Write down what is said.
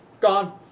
Gone